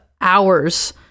hours